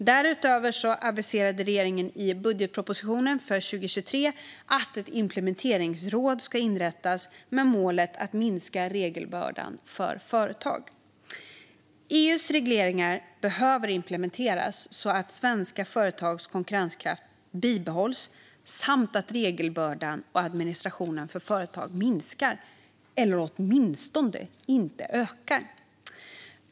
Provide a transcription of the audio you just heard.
Därutöver aviserade regeringen i budgetpropositionen för 2023 att ett implementeringsråd ska inrättas med målet att minska regelbördan för företag. EU:s regleringar behöver implementeras så att svenska företags konkurrenskraft bibehålls och så att regelbördan och administrationen för företagen minskar, eller åtminstone inte ökar.